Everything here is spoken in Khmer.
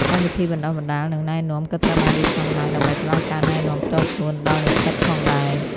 កម្មវិធីបណ្តុះបណ្តាល និងណែនាំ ក៏ត្រូវបានរៀបចំឡើងដើម្បីផ្តល់ការណែនាំផ្ទាល់ខ្លួនដល់និស្សិតផងដែរ។